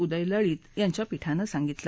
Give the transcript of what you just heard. उदय लळीत यांच्या पीठानं सांगितलं